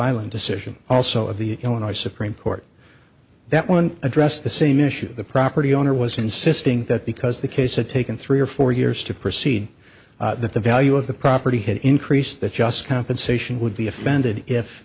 island decision also of the illinois supreme court that one addressed the same issue the property owner was insisting that because the case had taken three or four years to proceed that the value of the property had increased that just compensation would be offended if